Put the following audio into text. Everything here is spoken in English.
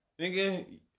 nigga